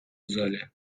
залі